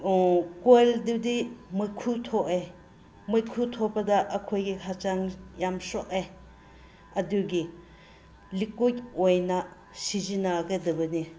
ꯀꯣꯏꯜꯗꯨꯗꯤ ꯃꯩꯈꯨ ꯊꯣꯛꯑꯦ ꯃꯩꯈꯨ ꯊꯣꯛꯄꯗ ꯑꯩꯈꯣꯏꯒꯤ ꯍꯛꯆꯥꯡ ꯌꯥꯝ ꯁꯣꯛꯑꯦ ꯑꯗꯨꯒꯤ ꯂꯤꯀꯨꯏꯠ ꯑꯣꯏꯅ ꯁꯤꯖꯤꯟꯅꯒꯗꯕꯅꯦ